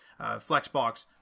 Flexbox